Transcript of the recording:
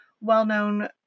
well-known